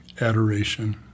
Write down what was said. Adoration